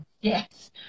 Yes